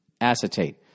Acetate